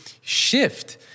shift